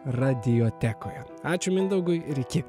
radiotekoje ačiū mindaugui ir iki